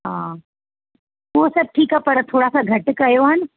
हा उहो सभु ठीकु आहे पर थोरा सां घटि कयो हा न